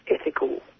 ethical